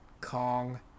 Kong